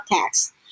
tax